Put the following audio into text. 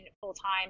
full-time